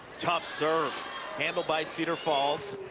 tough serve handled by cedar falls